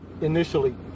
initially